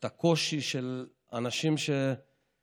את הקושי של אנשים שנלחמים,